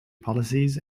policies